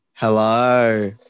hello